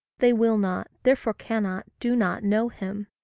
they will not, therefore cannot, do not know him.